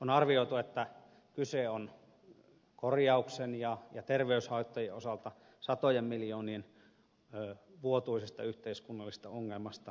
on arvioitu että kyse on korjauksen ja terveyshaittojen osalta satojen miljoonien vuotuisesta yhteiskunnallisesta ongelmasta